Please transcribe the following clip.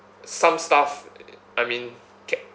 some stuff I mean ca~